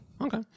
Okay